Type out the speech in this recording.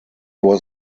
was